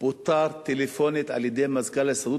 פוטר טלפונית על-ידי מזכ"ל ההסתדרות